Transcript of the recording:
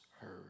heard